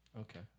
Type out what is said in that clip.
Okay